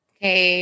Okay